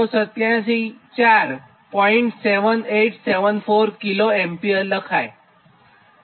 7874 kA છે